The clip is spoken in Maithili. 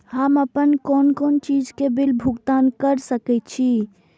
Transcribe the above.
हम आपन कोन कोन चीज के बिल भुगतान कर सके छी?